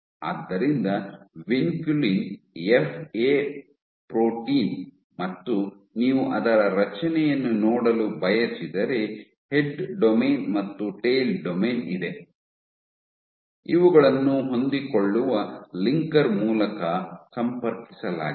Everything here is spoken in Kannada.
ಆದ್ದರಿಂದ ವಿನ್ಕುಲಿನ್ ಎಫ್ ಎ ಪ್ರೋಟೀನ್ ಮತ್ತು ನೀವು ಅದರ ರಚನೆಯನ್ನು ನೋಡಲು ಬಯಸಿದರೆ ಹೆಡ್ ಡೊಮೇನ್ ಮತ್ತು ಟೈಲ್ ಡೊಮೇನ್ ಇದೆ ಇವುಗಳನ್ನು ಹೊಂದಿಕೊಳ್ಳುವ ಲಿಂಕರ್ ಮೂಲಕ ಸಂಪರ್ಕಿಸಲಾಗಿದೆ